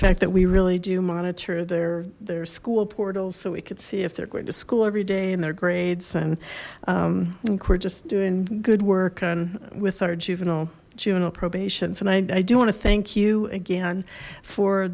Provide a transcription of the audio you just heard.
fact that we really do monitor their their school portals so we could see if they're going to school every day in their grades and i think we're just doing good work and with our juvenile juvenile probation and i do want to thank you again for